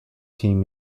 team